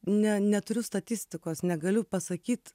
ne neturiu statistikos negaliu pasakyt